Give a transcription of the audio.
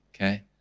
Okay